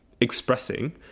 expressing